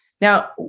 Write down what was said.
Now